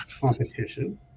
competition